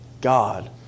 God